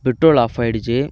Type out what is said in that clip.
petrol off ஆகிடுச்சி